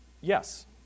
Yes